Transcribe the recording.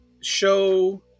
show